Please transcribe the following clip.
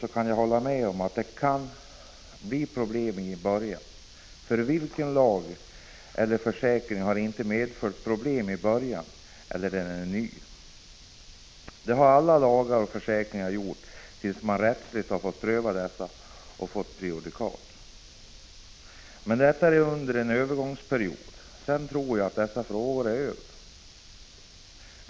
Jag kan hålla med om att det kan bli gränsdragningsproblem i början. Men vilken lag eller försäkring har inte medfört problem när den varit ny? Det har alla lagar och försäkringar gjort tills man rättsligt har prövat dem och fått prejudikat. Problem uppstår under en övergångsperiod. Sedan tror jag att de är över.